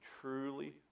truly